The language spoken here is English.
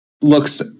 looks